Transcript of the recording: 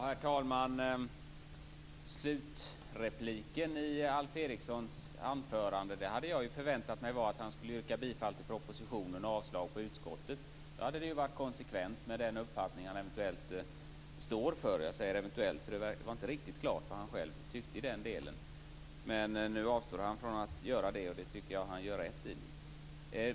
Herr talman! Slutrepliken i Alf Erikssons anförande hade jag förväntat mig vara att han skulle yrka bifall till propositionen och avslag på utskottets förslag. Det hade varit konsekvent med tanke på den uppfattning som han eventuellt står för - jag säger eventuellt för det var inte riktigt klart vad han själv tyckte i den delen. Nu avstår han från att göra det, och det tycker jag att han gör rätt i.